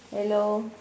hello